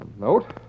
note